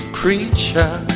creature